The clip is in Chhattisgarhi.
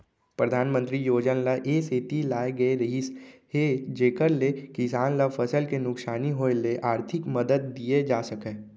परधानमंतरी योजना ल ए सेती लाए गए रहिस हे जेकर ले किसान ल फसल के नुकसानी होय ले आरथिक मदद दिये जा सकय